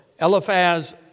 Eliphaz